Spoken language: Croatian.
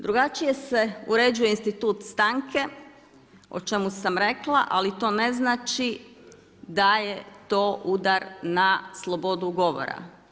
Drugačije se uređuje institut stanke o čemu sam rekla, ali to ne znači da je to udar na slobodu govora.